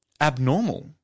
abnormal